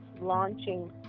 launching